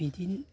बिदिनो